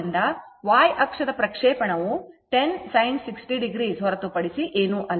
ಆದ್ದರಿಂದ y ಅಕ್ಷದ ಪ್ರಕ್ಷೇಪಣವು 10 sin 60 ಹೊರತುಪಡಿಸಿ ಏನೂ ಅಲ್ಲ